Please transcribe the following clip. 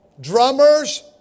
drummers